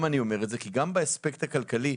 גם באספקט הכלכלי,